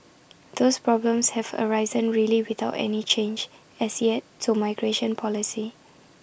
those problems have arisen really without any change as yet to migration policy